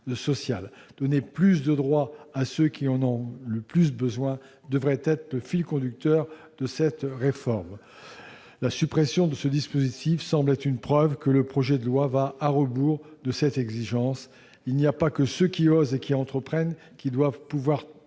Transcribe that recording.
Donner plus de droits à ceux qui en ont le plus besoin devrait être le fil conducteur de cette réforme. La suppression de ce dispositif semble être une preuve que le projet de loi va à rebours de cette exigence. Il n'y a pas que ceux qui osent et qui entreprennent qui doivent pouvoir